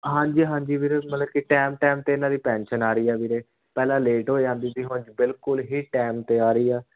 ਹਾਂਜੀ ਹਾਂਜੀ ਵੀਰੇ ਮਤਲਬ ਕਿ ਟਾਈਮ ਟਾਈਮ 'ਤੇ ਇਹਨਾਂ ਦੀ ਪੈਨਸ਼ਨ ਆ ਰਹੀ ਆ ਵੀਰੇ ਪਹਿਲਾਂ ਲੇਟ ਹੋ ਜਾਂਦੀ ਸੀ ਹਾਂਜੀ ਬਿਲਕੁਲ ਹੀ ਟਾਈਮ 'ਤੇ ਆ ਰਹੀ ਆ